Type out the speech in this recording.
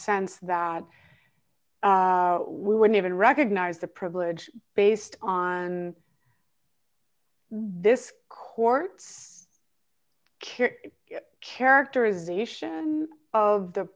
sense that we wouldn't even recognize the privilege based on this court's kick characterization of the